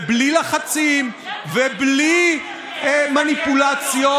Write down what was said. ובלי לחצים ובלי מניפולציות,